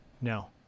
No